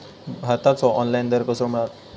भाताचो ऑनलाइन दर कसो मिळात?